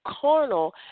carnal